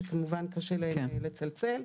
שכמובן קשה להם לצלצל.